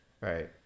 right